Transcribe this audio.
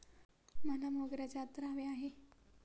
मला मोगऱ्याचे अत्तर हवे आहे